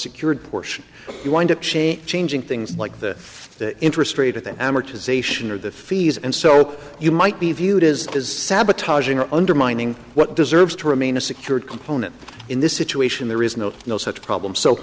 secured portion you wind up change changing things like the interest rate at the amortization or the fees and so you might be viewed as is sabotaging or undermining what deserves to remain a secured component in this situation there is no no such problem so